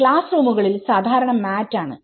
ക്ലാസ്സ്റൂമുകളിൽ സാദാരണ മാറ്റാണ്